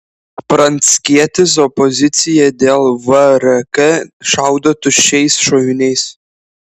pranckietis opozicija dėl vrk šaudo tuščiais šoviniais